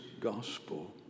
gospel